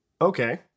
Okay